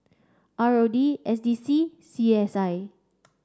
R O D S D C C S I